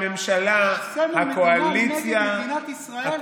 שהממשלה, הקואליציה, סמל מדינה נגד מדינת ישראל?